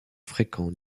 fréquents